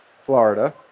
Florida